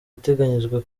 iteganyijwe